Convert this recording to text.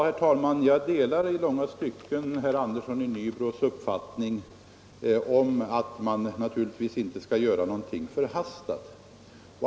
Herr talman! Jag delar i långa stycken herr Anderssons i Nybro uppfattning att man naturligtvis inte skall göra någonting förhastat.